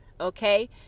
okay